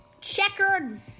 Checkered